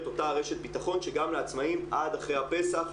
אותה רשת ביטחון שגם לעצמאים עד אחרי הפסח,